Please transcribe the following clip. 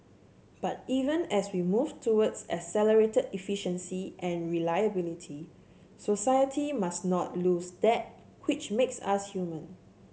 but even as we move towards accelerated efficiency and reliability society must not lose that which makes us human